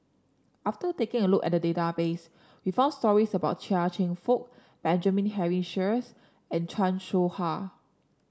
after taking a look at database we found stories about Chia Cheong Fook Benjamin Henry Sheares and Chan Soh Ha